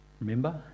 Remember